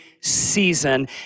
season